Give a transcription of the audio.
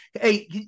hey